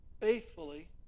faithfully